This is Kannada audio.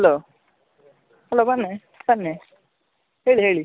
ಹಲೋ ಹಲೋ ಬನ್ನಿ ಬನ್ನಿ ಹೇಳಿ ಹೇಳಿ